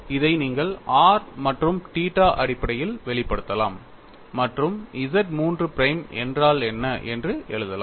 இதை நீங்கள் r மற்றும் தீட்டா அடிப்படையில் வெளிப்படுத்தலாம் மற்றும் Z III பிரைம் என்றால் என்ன என்று எழுதலாம்